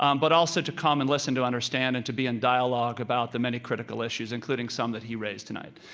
um but also to come and listen, to understand, and to be in dialogue about the many critical issues, including some that he raised tonight.